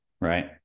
Right